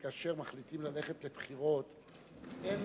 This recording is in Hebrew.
רק כאשר מחליטים ללכת לבחירות אין